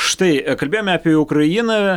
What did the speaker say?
štai kalbėjome apie ukrainą